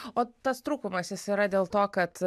o tas trūkumas jis yra dėl to kad